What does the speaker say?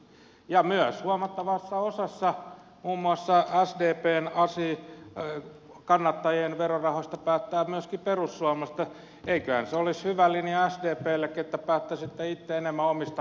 ja myös huomattavassa osassa muun muassa sdpn kannattajien verorahoista päättää myöskin perussuomalaiset niin että eiköhän se olisi hyvä linja sdpllekin että päättäisitte itse enemmän omista rahoistanne